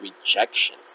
rejection